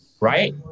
right